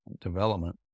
development